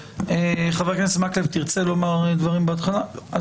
חבר הכנסת מקלב, תרצה לומר דברים בהתחלה?